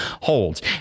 holds